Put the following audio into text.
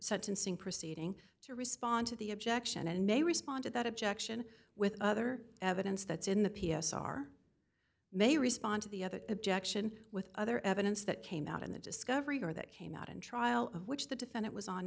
sentencing proceeding to respond to the objection and may respond to that objection with other evidence that's in the p s r may respond to the other objection with other evidence that came out in the discovery or that came out in trial of which the defendant was on